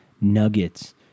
nuggets